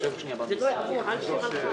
תעשה לי טובה,